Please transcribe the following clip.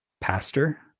pastor